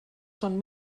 schon